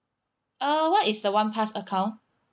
uh what is the one pass account